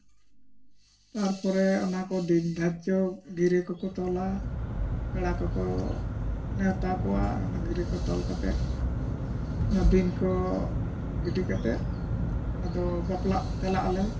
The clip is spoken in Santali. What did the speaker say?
ᱛᱟᱨᱯᱚᱨᱮ ᱚᱱᱟᱠᱚ ᱫᱤᱱ ᱫᱷᱟᱡᱽᱡᱚ ᱜᱤᱨᱟᱹ ᱠᱚᱠᱚ ᱛᱚᱞᱟ ᱯᱮᱲᱟ ᱠᱚᱠᱚ ᱱᱮᱶᱛᱟ ᱠᱚᱣᱟ ᱚᱱᱟ ᱜᱤᱨᱟᱹ ᱠᱚ ᱛᱚᱞ ᱠᱟᱛᱮᱫ ᱱᱚᱣᱟ ᱫᱤᱱ ᱠᱚ ᱜᱤᱰᱤ ᱠᱟᱛᱮᱫ ᱟᱫᱚ ᱵᱟᱯᱞᱟᱜ ᱪᱟᱞᱟᱜᱼᱟᱞᱮ